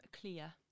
Clear